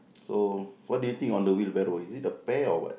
so what do you think on the wheelbarrow is it a pear or what